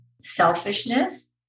selfishness